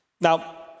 Now